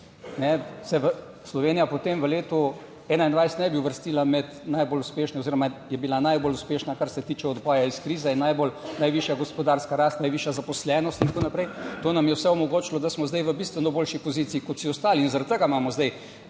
Slovenija potem v letu 2021 ne bi uvrstila med najbolj uspešne oziroma je bila najbolj uspešna, kar se tiče odboja iz krize in najvišja gospodarska rast, najvišja zaposlenost in tako naprej. To nam je vse omogočilo, da smo zdaj v bistveno boljši poziciji kot vsi ostali in zaradi tega imamo zdaj